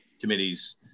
committees